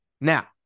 Now